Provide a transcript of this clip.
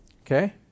Okay